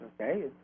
okay